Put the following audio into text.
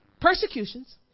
persecutions